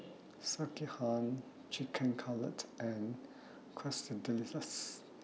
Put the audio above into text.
Sekihan Chicken Cutlet and Quesadillas